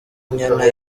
inyana